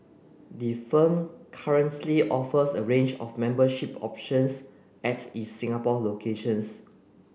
the firm currently offers a range of membership options at its Singapore locations